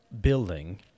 building